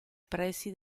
pressi